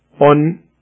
on